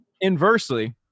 Inversely